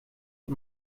und